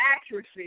accuracy